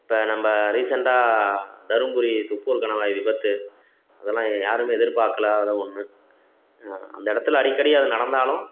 இப்போ நம்ம ரீசண்டாக தருமபுரி தொப்பூர் கணவாய் விபத்து அதெலாம் யாருமே எதிர்பார்க்கல அதில் ஒன்று அந்த இடத்துல அடிக்கடி அது நடந்தாலும்